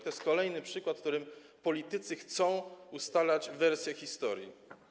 To jest kolejny przykład, jak politycy chcą ustalać wersję historii.